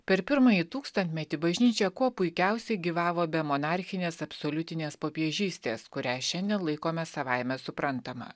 per pirmąjį tūkstantmetį bažnyčia kuo puikiausiai gyvavo be monarchinės absoliutinės popiežystės kurią šiandien laikome savaime suprantama